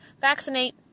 Vaccinate